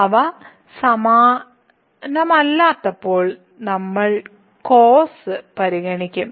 അവ സമാനമല്ലാത്തപ്പോൾ നമ്മൾ കേസ് പരിഗണിക്കും